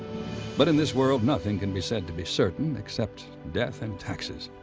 but in this world, nothing can be said to be certain except death and taxes.